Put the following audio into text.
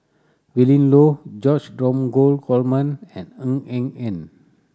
Willin Low George Dromgold Coleman and Ng Eng Hen